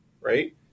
right